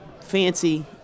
fancy-